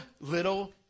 little